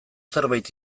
zerbait